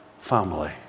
family